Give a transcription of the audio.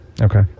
Okay